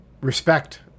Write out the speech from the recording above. respect